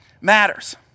matters